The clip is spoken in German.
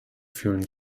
fühlen